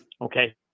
Okay